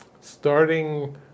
starting